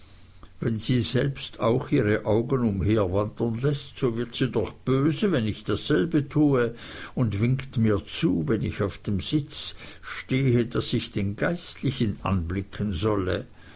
wenn sie selbst auch ihre augen umherwandern läßt so wird sie doch böse wenn ich dasselbe tue und winkt mir zu wenn ich auf dem sitz stehe daß ich den geistlichen anblicken solle